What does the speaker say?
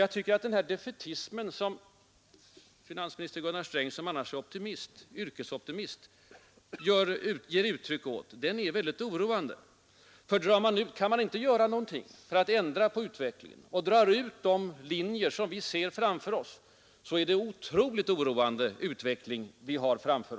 Jag tycker att den defaitism som finansminister Gunnar Sträng, vilken annars är yrkesoptimist, ger uttryck åt är mycket oroande. Ty kan man inte göra något för att förändra utvecklingen och den fortsatta utdragningen av de linjer som vi nu ser framför oss, blir denna utveckling otroligt oroande.